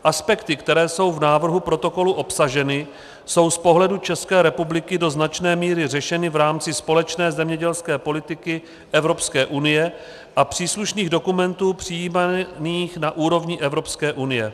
Aspekty, které jsou v návrhu protokolu obsaženy, jsou z pohledu České republiky do značné míry řešeny v rámci společné zemědělské politiky Evropské unie a příslušných dokumentů přijímaných na úrovni Evropské unie.